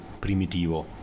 Primitivo